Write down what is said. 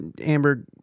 amber